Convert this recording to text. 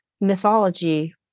mythology